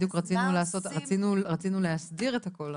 בדיוק רצינו להסדיר את הכול,